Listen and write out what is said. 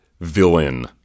villain